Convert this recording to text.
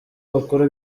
bakora